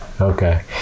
Okay